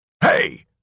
Hey